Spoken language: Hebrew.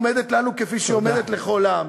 עומדת לנו כפי שהיא עומדת לכל עם.